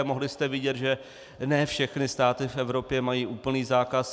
Mohli jste vidět, že ne všechny státy v Evropě mají úplný zákaz.